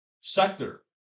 sector